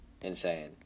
insane